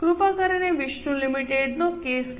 કૃપા કરીને વિષ્ણુ લિમિટેડનો કેસ લો